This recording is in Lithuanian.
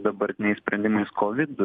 dabartiniais sprendimas kovid